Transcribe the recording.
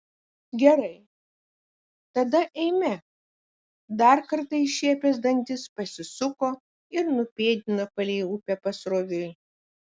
gerai tada eime dar kartą iššiepęs dantis pasisuko ir nupėdino palei upę pasroviui